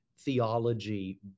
theology